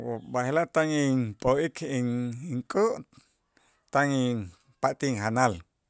B'aje'laj tan inp'o'ik ink'u' tan inpatij injanal.